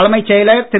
தலைமைச் செயலர் திரு